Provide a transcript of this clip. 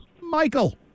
Michael